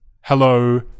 Hello